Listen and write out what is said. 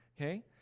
Okay